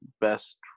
best